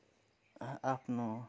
आ आफ्नो